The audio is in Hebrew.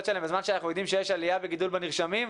שלהן בזמן שאנחנו יודעים שיש עלייה וגידול בנרשמים?